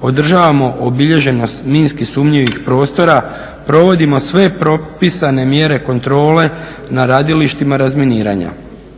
održavamo obilježenost minski sumnjivih prostora, provodimo sve propisane mjere kontrole na radilištima razminiranja.